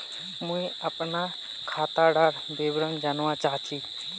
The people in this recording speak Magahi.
मुई अपना खातादार विवरण जानवा चाहची?